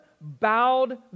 bowed